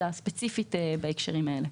אלא ספציפית בהקשרים האלה.